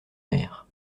mer